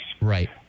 Right